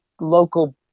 local